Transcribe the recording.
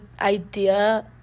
idea